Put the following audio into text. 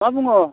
मा बुङो